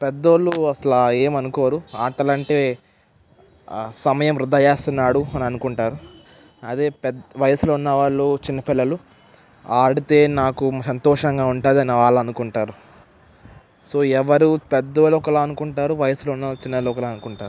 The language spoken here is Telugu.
పెద్ద వాళ్ళు అస్సలు ఏమీ అనుకోరు ఆటలంటే సమయం వృధా చేస్తున్నాడు అని అనుకుంటారు అదే వయసులో ఉన్నవాళ్ళు చిన్నపిల్లలు ఆడితే నాకు సంతోషంగా ఉంటుందని వాళ్ళనుకుంటారు సో ఎవరూ పెద్ద వాళ్ళు ఒకలా అనుకుంటారు వయసులో ఉన్న వాళ్ళు చిన్న వాళ్ళు ఒకలా అనుకుంటారు